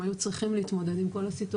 הם היו צריכים להתמודד עם כל הסיטואציה